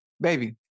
Baby